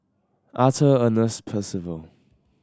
Arthur Ernest Percival